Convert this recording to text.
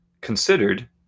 Considered